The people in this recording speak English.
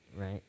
Right